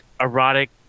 erotic